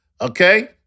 Okay